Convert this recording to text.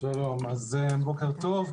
שלום ובוקר טוב,